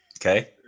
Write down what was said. Okay